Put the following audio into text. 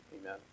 Amen